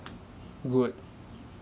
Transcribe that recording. good